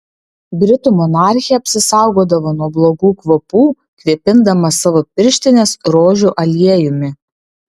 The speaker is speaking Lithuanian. britų monarchė apsisaugodavo nuo blogų kvapų kvėpindama savo pirštines rožių aliejumi